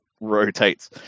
rotates